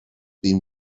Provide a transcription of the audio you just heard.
been